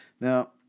now